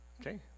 Okay